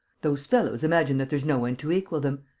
those fellows imagine that there's no one to equal them.